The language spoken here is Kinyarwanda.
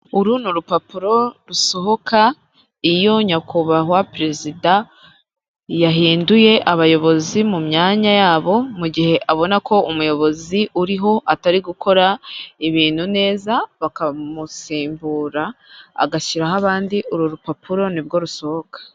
Uru ni urupapuro rusohoka iyo Nyakubahwa Perezida yahinduye abayobozi mu myanya yabo mugihe abona ko umuyobozi uriho atari gukora ibintu neza, bakamusimbura agashyiraho abandi, nibwo uru rupapuro nibwo rusohoka.